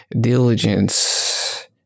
diligence